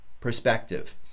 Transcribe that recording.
perspective